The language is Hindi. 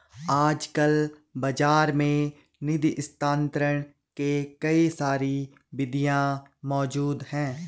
आजकल बाज़ार में निधि स्थानांतरण के कई सारी विधियां मौज़ूद हैं